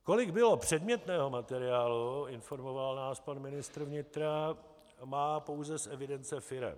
Kolik bylo předmětného materiálu, informoval nás pan ministr vnitra, má pouze z evidence firem.